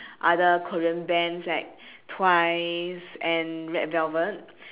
other korean bands like twice and red velvet